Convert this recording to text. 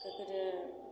ककरो